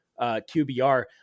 QBR